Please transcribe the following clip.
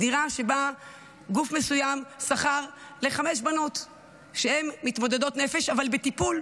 דירה שגוף מסוים שכר לחמש בנות שהן מתמודדות נפש אבל בטיפול,